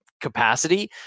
capacity